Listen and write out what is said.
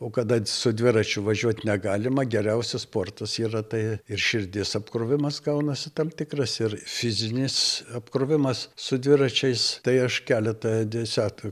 o kada su dviračiu važiuot negalima geriausias sportas yra tai ir širdies apkrovimas gaunasi tam tikras ir fizinis apkrovimas su dviračiais tai aš keletą desetkų